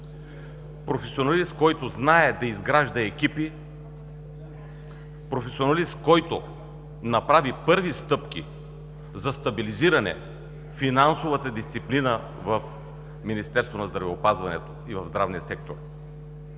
Професионалист, който знае да изгражда екипи, професионалист, който направи първи стъпки за стабилизиране финансовата дисциплина в Министерството на здравеопазването и в здравния сектор.